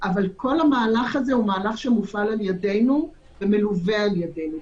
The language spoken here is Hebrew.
אבל כל המהלך הזה הוא מהלך שמופעל על ידינו ומלווה על ידינו,